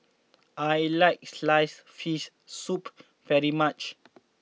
I like Sliced Fish Soup very much